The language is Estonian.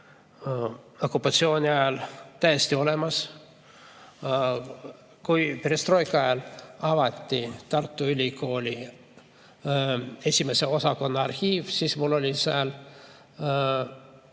okupatsiooni ajal täiesti olemas. Kui perestroika ajal avati Tartu Ülikooli esimese osakonna arhiiv, siis mul oli, ma